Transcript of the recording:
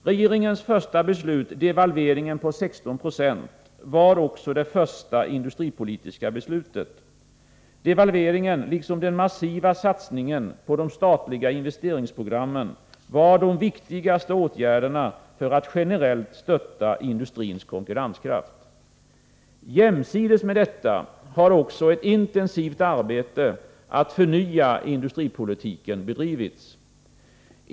Regeringens första beslut — devalveringen med 16 96 — var också det första industripolitiska beslutet. Devalveringen, och den massiva satsningen på de statliga investeringsprogrammen var de viktigaste åtgärderna för att generellt stötta industrins konkurrenskraft. Jämsides med detta har också ett intensivt arbete att förnya industripolitiken bedrivits.